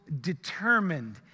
determined